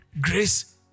Grace